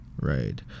Right